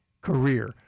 career